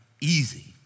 easy